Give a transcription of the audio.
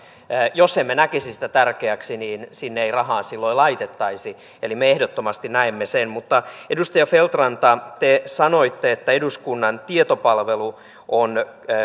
jos emme näkisi sitä tärkeäksi niin sinne ei rahaa silloin laitettaisi eli me ehdottomasti näemme sen tärkeäksi mutta edustaja feld ranta kun te sanoitte että eduskunnan tietopalvelu on